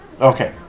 Okay